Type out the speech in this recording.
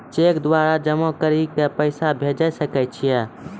Cheque द्वारा जमा करि के पैसा भेजै सकय छियै?